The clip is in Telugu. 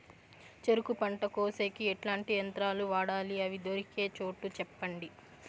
చెరుకు పంట కోసేకి ఎట్లాంటి యంత్రాలు వాడాలి? అవి దొరికే చోటు చెప్పండి?